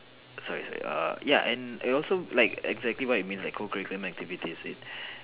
sorry sorry err ya and it also like exactly what it means like co curricular activities it's